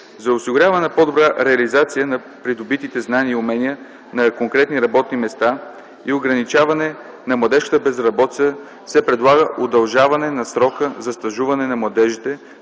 За осигуряване на по-добра реализация на придобитите знания и умения на конкретни работни места и ограничаване на младежката безработица се предлага удължаване на срока за стажуване на младежите,